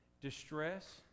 distress